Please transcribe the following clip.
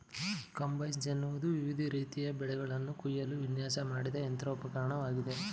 combines ಎನ್ನುವುದು ವಿವಿಧ ರೀತಿಯ ಬೆಳೆಗಳನ್ನು ಕುಯ್ಯಲು ವಿನ್ಯಾಸ ಮಾಡಿದ ಯಂತ್ರೋಪಕರಣವಾಗಿದೆ